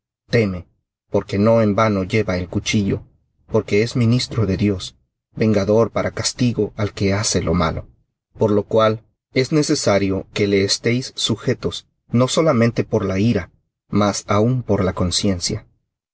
teme porque no en vano lleva el cuchillo porque es ministro de dios vengador para castigo al que hace lo malo por lo cual es necesario que estéis sujetos no solamente por la ira mas aun por la conciencia